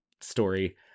story